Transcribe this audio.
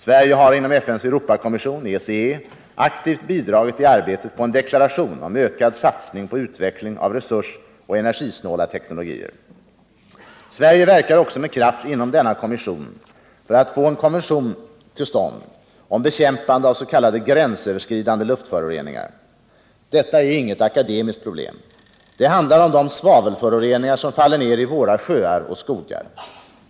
Sverige har inom FN:s Europakommission, ECE, aktivt bidragit i arbetet på en deklaration om ökad satsning på utveckling av resursoch energisnåla teknologier. Sverige verkar också med kraft inom denna kommission för att en konvention skall antas om bekämpande av s.k. gränsöverskridande luftföroreningar. Detta är inget akademiskt problem. Det handlar om de svavelföroreningar som faller ned i våra sjöar och skogar.